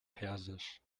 persisch